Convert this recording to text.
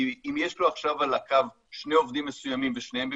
כי אם יש לו עכשיו על הקו שני עובדים מסוימים ושניהם בבידוד,